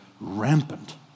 rampant